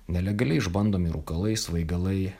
nelegaliai išbandomi rūkalai svaigalai